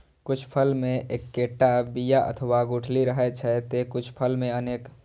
कुछ फल मे एक्केटा बिया अथवा गुठली रहै छै, ते कुछ फल मे अनेक